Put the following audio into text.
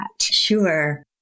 Sure